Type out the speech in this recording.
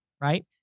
right